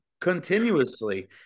continuously